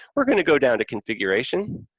we're going to go down to configuration,